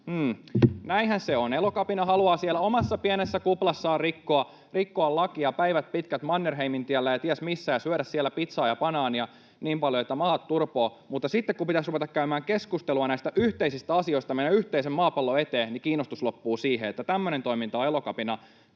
Näinhän se on, Elokapina haluaa siellä omassa pienessä kuplassaan rikkoa lakia päivät pitkät Mannerheimintiellä ja ties missä ja syödä siellä pizzaa ja banaania niin paljon, että mahat turpoavat, mutta sitten, kun pitäisi ruveta käymään keskustelua näistä yhteisistä asioista meidän yhteisen maapallon eteen, kiinnostus loppuu siihen. Tämmöistä toimintaa Elokapina